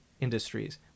industries